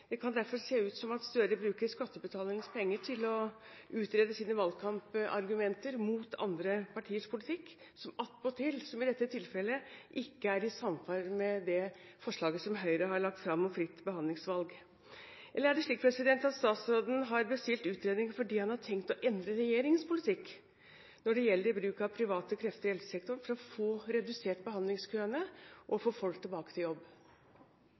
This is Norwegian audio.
Det kan derfor se ut som at Gahr Støre bruker skattebetalernes penger til å utrede sine valgkampargumenter mot andre partiers politikk, som attpåtil, som i dette tilfellet, ikke er i samsvar med det forslaget som Høyre har lagt fram om fritt behandlingsvalg. Eller er det slik at statsråden har bestilt utredning fordi han har tenkt å endre regjeringens politikk når det gjelder bruk av private krefter i helsesektoren, for å få redusert behandlingskøene og få folk tilbake til jobb?